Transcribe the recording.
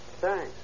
Thanks